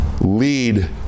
lead